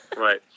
Right